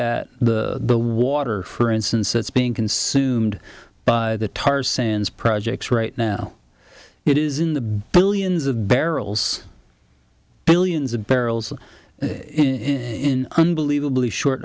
at the the water for instance that's being consumed by the tar sands projects right now it is in the billions of barrels billions of barrels in unbelievably short